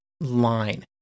line